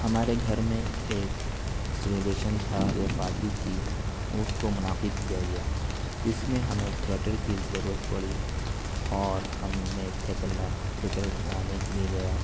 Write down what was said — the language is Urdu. ہمارے گھر میں ایک سیلبریشن تھا یا پارٹی تھی اس کو منعقد کیا گیا جس میں ہمیں تھیٹر کی ضرورت پڑی اور ہم نے تھیٹر تھیٹر اٹھا لانے کے لیے گیا